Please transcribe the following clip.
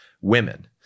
women